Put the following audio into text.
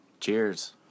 Cheers